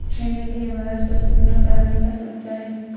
मैंने भी हमारा स्वास्थ्य बीमा कराने का सोचा है